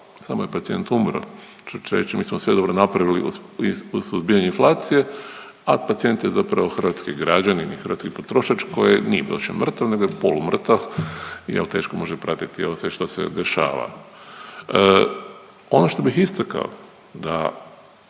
samo je pacijent umro“, što će reći, mi smo sve dobro napravili u suzbijanju inflacije, a pacijent je zapravo hrvatski građanin i hrvatski potrošač koji nije baš mrtav nego je polumrtav jel teško može pratit jel sve što se dešava. Ono što bih istakao da